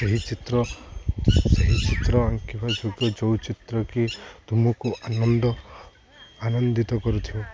ସେହି ଚିତ୍ର ସେହି ଚିତ୍ର ଆଙ୍କିବା ଯେଉଁ ଚିତ୍ର କି ତୁମକୁ ଆନନ୍ଦ ଆନନ୍ଦିତ କରୁଥିବ